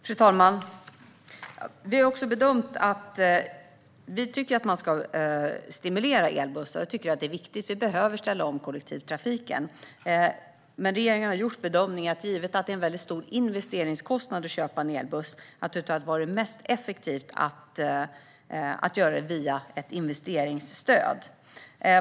Fru talman! Vi har gjort bedömningen att man ska stimulera elbussar. Vi tycker att det är viktigt. Vi behöver ställa om kollektivtrafiken. Men regeringen har gjort bedömningen att givet att det är en mycket stor investeringskostnad att köpa en elbuss att det är mest effektivt med ett investeringsstöd.